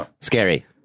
Scary